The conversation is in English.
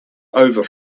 over